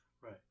Right